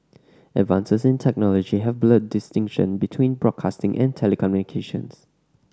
advances in technology have blurred distinction between broadcasting and telecommunications